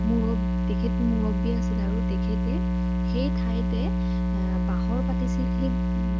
মূৰব তেখেত মুৰব্বী আছিল আৰু তেখেতে সেই ঠাইতে এ বাহৰ পাতিছিলহি